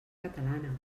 catalana